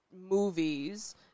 movies